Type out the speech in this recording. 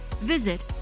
visit